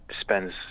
spends